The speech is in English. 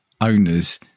owners